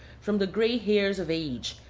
from the gray hairs of age,